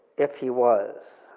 if he was?